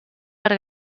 per